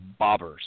bobbers